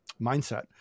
mindset